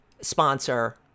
sponsor